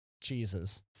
jesus